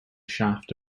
shaft